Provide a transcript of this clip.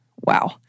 wow